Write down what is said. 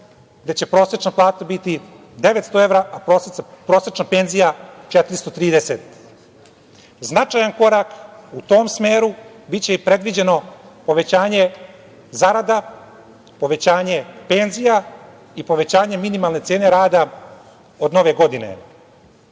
gde će prosečna plata biti 900 evra, a prosečna penzija 430 evra. Značajan korak u tom smeru biće predviđeno i povećanje zarada, povećanje penzija i povećanje minimalne cene rada od nove